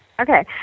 Okay